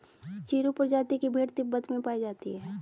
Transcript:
चिरु प्रजाति की भेड़ तिब्बत में पायी जाती है